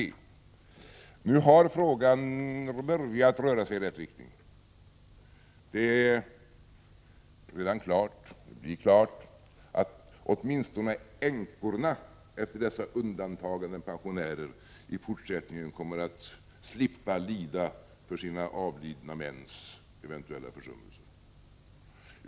Nu har frågan börjat röra sig i rätt riktning. Det blir nu klart att åtminstone änkorna efter dessa undantagandepensionärer i fortsättningen kommer att slippa lida för sina avlidna mäns eventuella försummelser.